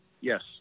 Yes